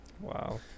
Wow